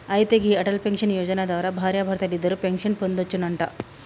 అయితే గీ అటల్ పెన్షన్ యోజన ద్వారా భార్యాభర్తలిద్దరూ పెన్షన్ పొందొచ్చునంట